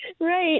Right